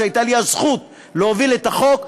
והייתה לי הזכות להוביל את החוק,